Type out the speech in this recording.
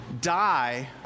die